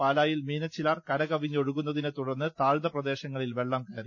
പാലായിൽ മീനച്ചിലാർ കരകവിഞ്ഞൊഴുകുന്നതിനെതുടർന്ന് താഴ്ന്ന പ്രദേശങ്ങ ളിൽ വെള്ളം കയ്റി